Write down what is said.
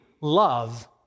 love